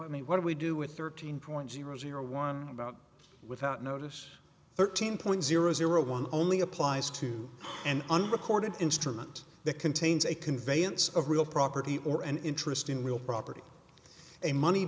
i mean what do we do with thirteen point zero zero one about without notice thirteen point zero zero one only applies to and unrecorded instrument that contains a conveyance of real property or an interest in real property a money